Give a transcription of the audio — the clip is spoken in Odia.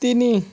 ତିନି